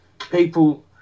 people